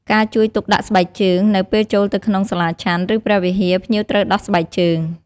ការលើកទឹកចិត្តភ្ញៀវឲ្យចូលរួមធ្វើបុណ្យ ពួកគាត់អាចលើកទឹកចិត្តភ្ញៀវឲ្យចូលរួមធ្វើបុណ្យ ឬដាក់បាត្រ ដើម្បីរួមចំណែកកសាងកុសលផលបុណ្យ។